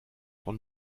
von